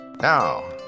Now